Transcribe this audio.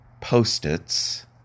post-its